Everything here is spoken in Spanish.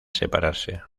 separarse